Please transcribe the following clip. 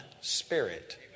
spirit